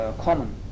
common